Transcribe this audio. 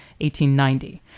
1890